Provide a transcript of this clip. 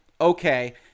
okay